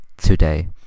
today